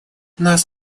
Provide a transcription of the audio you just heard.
нас